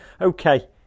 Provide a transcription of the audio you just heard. Okay